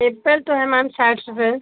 Apple तो है ma'am साठ रुपये